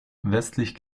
westlich